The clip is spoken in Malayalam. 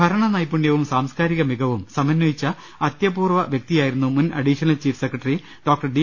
ഭരണ നൈപുണ്യവും സാംസ്കാരിക മികവും സമന്ദയിച്ച അത്യപൂർവ്വ വ്യക്തിയായിരുന്നു മുൻ additional chief secretary doctor D